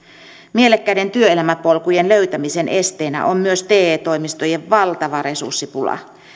mielekkäiden työelämäpolkujen löytämisen esteenä on myös te toimistojen valtava resurssipula